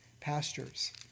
pastures